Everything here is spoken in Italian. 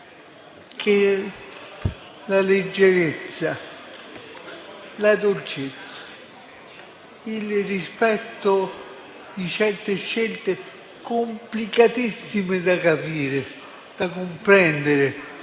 la leggerezza, la dolcezza, il rispetto di certe scelte, complicatissime da capire, da comprendere.